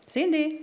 Cindy